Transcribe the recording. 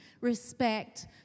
respect